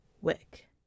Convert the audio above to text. Wick